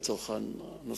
לצורך העניין.